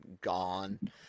gone